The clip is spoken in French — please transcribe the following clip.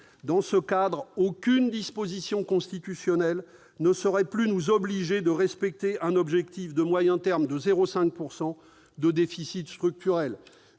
Dans ce cadre, aucune disposition constitutionnelle ne saurait plus nous obliger à respecter un objectif de moyen terme de 0,5 % de déficit structurel.